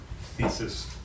thesis